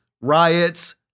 riots